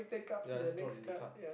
ya let's draw a new card